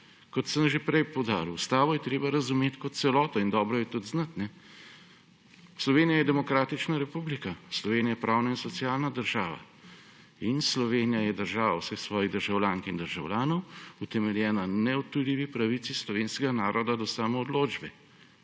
Kot sem že prej poudaril, ustavo je treba razumeti kot celoto in dobro jo je tudi znati. Slovenija je demokratična republika, Slovenija je pravna in socialna država vseh svojih državljank in državljanov, utemeljena na neodtujljivi pravici slovenskega naroda do samoodločbe.